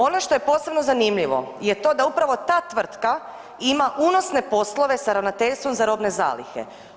Ono što je posebno zanimljivo je to da upravo ta tvrtka ima unosne poslove sa ravnateljstvom za robne zalihe.